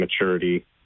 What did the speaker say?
maturity